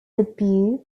debut